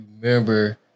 remember